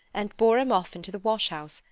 and bore him off into the wash-house,